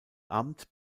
amt